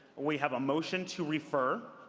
we have a motion to refer,